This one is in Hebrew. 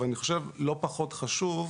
אבל לא פחות חשוב,